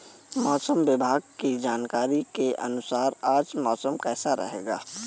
मौसम विभाग की जानकारी के अनुसार आज मौसम कैसा रहेगा?